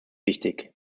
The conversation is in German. wichtig